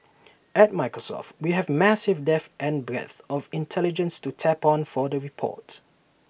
at Microsoft we have massive depth and breadth of intelligence to tap on for the report